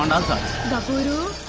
satti babu.